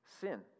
sin